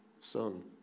son